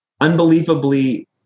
unbelievably